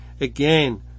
Again